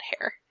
hair